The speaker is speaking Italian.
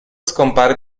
scompare